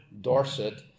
Dorset